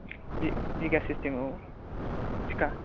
बिगा system औ थिखा